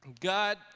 God